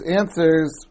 answers